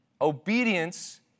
obedience